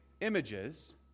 images